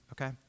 okay